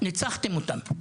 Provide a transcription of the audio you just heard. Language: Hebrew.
וניצחתם אותם.